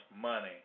money